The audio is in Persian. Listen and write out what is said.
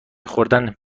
خوردن